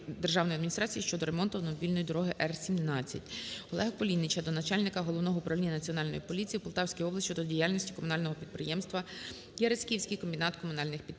Дякую.